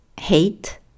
hate